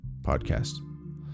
podcast